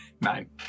Nine